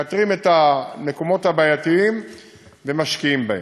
מאתרים את המקומות הבעייתיים ומשקיעים בהם.